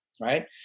right